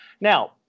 Now